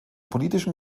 politischen